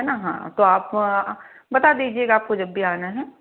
है ना हाँ तो आप तो बता दीजिएगा आपको जब भी आना है